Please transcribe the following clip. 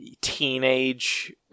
teenage